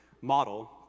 model